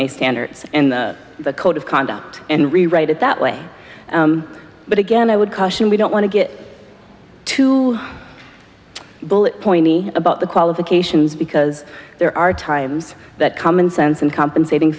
standards in the code of conduct and rewrite it that way but again i would caution we don't want to get two bullet points about the qualifications because there are times that common sense and compensating